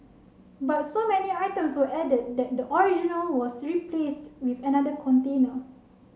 but so many items were added that the original was replaced with another container